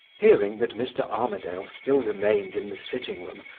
hearing that mr. armadale still remained in the sitting-room,